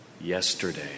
yesterday